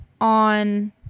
on